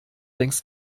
längst